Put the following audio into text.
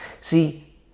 See